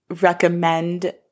recommend